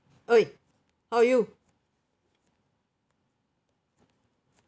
!oi! how are you